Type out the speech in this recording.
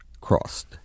crossed